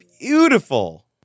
Beautiful